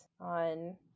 on